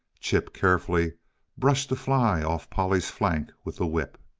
chip carefully brushed a fly off polly's flank with the whip.